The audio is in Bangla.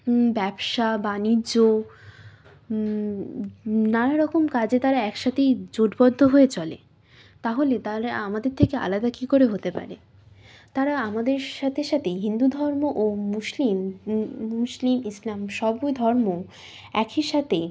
ব্যবসা বাণিজ্য নানাারকম কাজে তারা একসাথেই জোটবদ্ধ হয়ে চলে তাহলে তারা আমাদের থেকে আলাদা কী করে হতে পারে তারা আমাদের সাথে সাথে হিন্দু ধর্ম ও মুসলিম মুসলিম ইসলাম সবই ধর্ম একই সাথে